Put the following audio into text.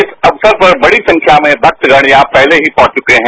इस अवसर पर बड़ी संख्या में भक्तगण यहां पहले ही पहुंच चुके हैं